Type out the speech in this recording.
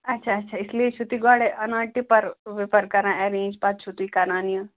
اچھا اچھا اس لیے چھُ تُہۍ گۄڈے اَنان ٹِپَر وِپَر کَران ایٚرینٛج پَتہٕ چھُو تُہۍ کَران یہِ